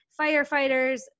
firefighters